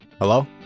Hello